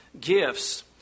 gifts